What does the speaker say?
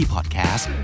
Podcast